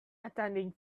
attending